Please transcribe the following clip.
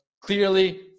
clearly